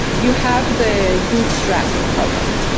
you have the bootstrapping problem.